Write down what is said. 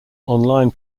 online